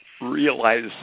realize